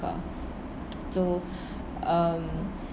so um